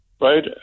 right